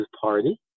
party